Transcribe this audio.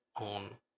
on